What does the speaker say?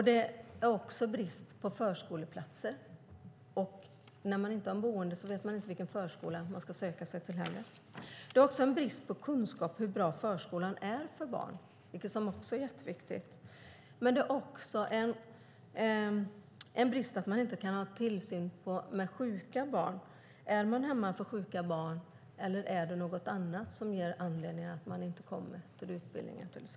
Det är också bristen på förskoleplatser. När man inte har något boende vet man inte vilken förskola man ska söka sig till. Det är också en brist på kunskap om hur bra förskolan är för barn. Det är en brist att man inte har någon tillsyn för sjuka barn. Är man hemma med sjuka barn eller är det något annat som är anledning till att man inte kommer till utbildningen?